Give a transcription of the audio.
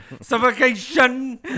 suffocation